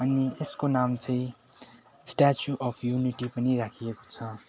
अनि यसको नाम चाहिँ स्ट्याचु अफ युनिटी पनि राखिएको छ